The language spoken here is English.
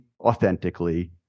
authentically